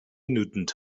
нүдэнд